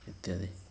ଇତ୍ୟାଦି